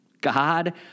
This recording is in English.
God